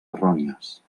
errònies